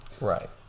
Right